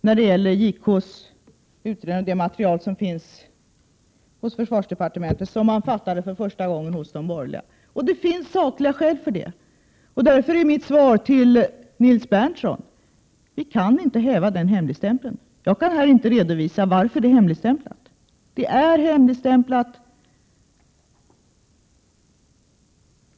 När det gäller JK:s utredning av det material som finns hos försvarsdepartementet har vi fattat exakt samma beslut som den borgerliga regeringen gjorde, och det finns sakliga skäl för det. Därför är mitt svar till Nils Berndtson att vi inte kan häva den hemligstämpeln. Jag kan inte här redovisa varför materialet är hemligstämplat.